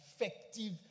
effective